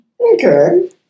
okay